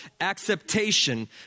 Acceptation